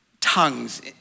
tongues